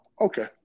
okay